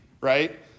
right